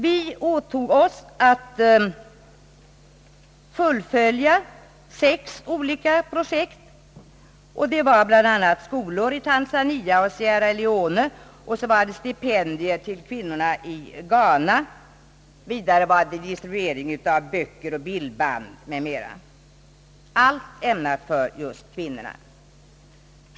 Vi åtog oss att fullfölja sex olika projekt, bl.a. skolor i Tanzania och i Sierra Leone, stipendier till kvinnor i Ghana och distribuering av vissa böcker och bildband, allt ämnat för just kvinnorna.